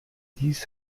dies